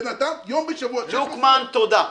תודה.